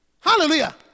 Hallelujah